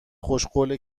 خوشقوله